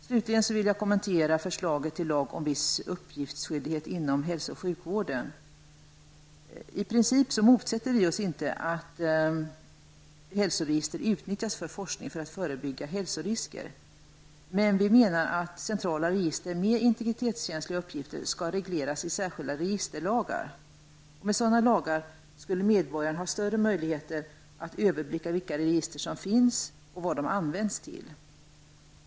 Slutligen vill jag kommentera förslaget till lag om viss uppgiftsskyldighet inom hälso och sjukvården. Vi motsätter oss inte i princip att hälsoregister utnyttjas för forskning för att förebygga hälsorisker. Men vi menar att centrala register med integritetskänsliga uppgifter skall regleras i särskilda registerlagar. Med sådana lagar skulle medborgarna ha större möjligheter att överblicka vilka register som finns och vad de används till.